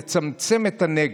לצמצם את הנגע.